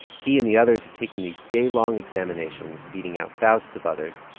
he and the others have taken these day-long examinations, beating out thousands of others,